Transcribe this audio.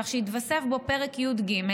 כך שיתווסף בו פרק י"ג,